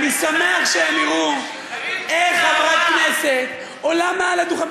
אני שמח שהם יראו איך חברת כנסת עולה מעל הדוכן,